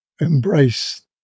embrace